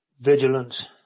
vigilance